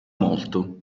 molto